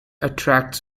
attracts